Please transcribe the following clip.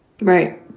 Right